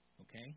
okay